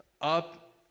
up